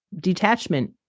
detachment